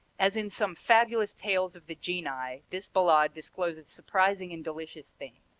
as in some fabulous tales of the genii this ballade discloses surprising and delicious things.